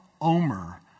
omer